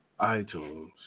iTunes